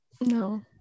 no